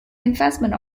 investment